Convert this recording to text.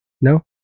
no